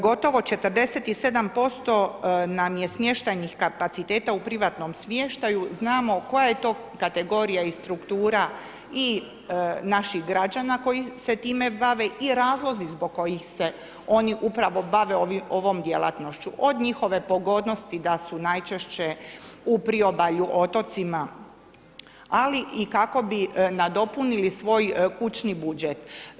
Gotovo 47% nam je smještajnih kapaciteta u privatnom smještaju, znamo koja je to kategorija i struktura i naših građana koji se time bave i razlozi zbog kojih se oni upravo bave ovom djelatnošću, od njihove pogodnosti da su najčešće u priobalju, otocima, ali i kako bi nadopunili svoj kućni budžet.